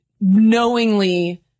knowingly